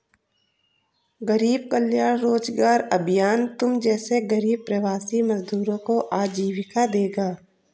गरीब कल्याण रोजगार अभियान तुम जैसे गरीब प्रवासी मजदूरों को आजीविका देगा